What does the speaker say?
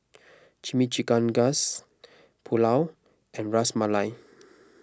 Chimichangas Pulao and Ras Malai